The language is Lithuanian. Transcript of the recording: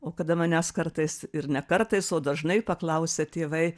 o kada manęs kartais ir ne kartais o dažnai paklausia tėvai